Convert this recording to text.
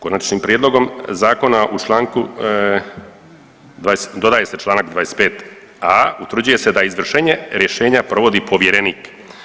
Konačnim prijedlogom zakona u članku, dodaje se članak 25a. Utvrđuje se da izvršenje rješenja provodi povjerenik.